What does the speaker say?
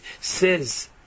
says